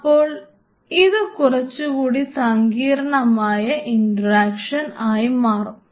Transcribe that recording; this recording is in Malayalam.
അപ്പോൾ ഇത് കുറച്ചുകൂടി സങ്കീർണമായ ഇൻട്രാക്ഷൻ ആയി മാറും